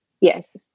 Yes